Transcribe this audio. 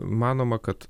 manoma kad